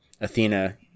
Athena